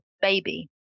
baby